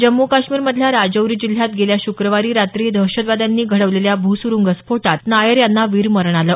जम्मू काश्मीरमधल्या राजौरी जिल्ह्यात गेल्या श्क्रवारी रात्री दहशतवाद्यांनी घडवलेल्या भूसुरुंग स्फोटात नायर यांना वीरमरण आलं